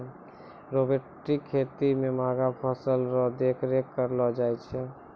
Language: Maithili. रोबोटिक खेती मे महंगा फसल रो देख रेख करलो जाय छै